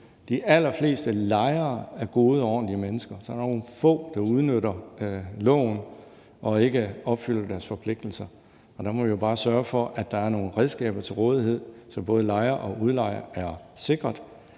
De allerfleste lejere er gode og ordentlige mennesker, og så er der nogle få, der udnytter loven og ikke opfylder deres forpligtelser. Og der må vi jo bare sørge for, at der er nogle redskaber til rådighed, så både lejere og udlejere er sikret.